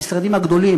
במשרדים הגדולים,